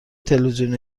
تلویزیون